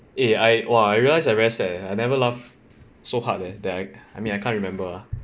eh I !wah! I realise that I very sad leh I never laugh so hard that that I mean I can't remember lah